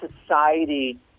society